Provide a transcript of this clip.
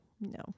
no